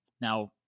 Now